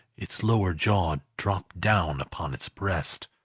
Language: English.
its lower jaw dropped down upon its breast!